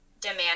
demand